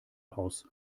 aus